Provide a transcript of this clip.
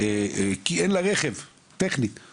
כי אין לה רכב להעביר.